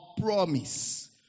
promise